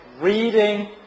reading